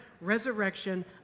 resurrection